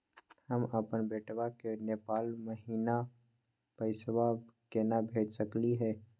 हम अपन बेटवा के नेपाल महिना पैसवा केना भेज सकली हे?